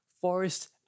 Forest